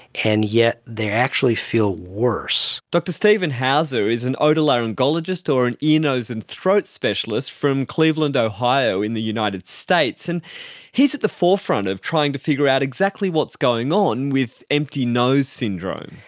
and yet they actually feel worse. dr steven houser is an otolaryngologist or an ear, nose and throat specialist from cleveland ohio in the united states, and he's at the forefront of trying to figure out exactly what's going on with empty nose syndrome.